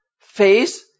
face